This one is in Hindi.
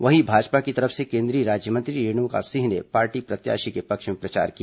वहीं भाजपा की तरफ से केन्द्रीय राज्यमंत्री रेणुका सिंह ने पार्टी प्रत्याशी के पक्ष में प्रचार किया